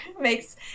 makes